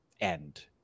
end